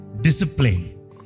discipline